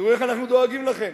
תראו איך אנחנו דואגים לכם.